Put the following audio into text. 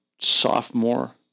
sophomore